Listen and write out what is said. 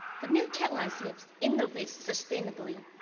the new tagline sort of innovate sustainably,